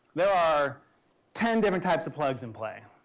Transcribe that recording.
there are ten different types of plugs in play.